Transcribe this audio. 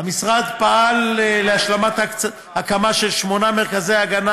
המשרד פעל להשלמת ההקמה של שמונה מרכזי ההגנה,